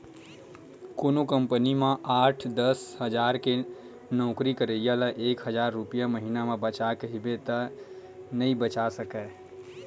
कोनो कंपनी म आठ, दस हजार के नउकरी करइया ल एक हजार रूपिया महिना म बचा कहिबे त नइ बचा सकय